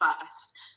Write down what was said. first